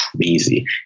crazy